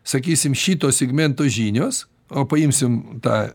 sakysim šito segmento žinios o paimsime tą